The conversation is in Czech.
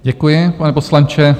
Děkuji, pane poslanče.